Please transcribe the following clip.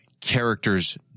characters